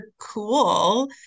cool